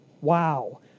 Wow